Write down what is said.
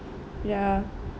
ya